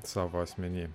savo asmenyje